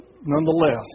nonetheless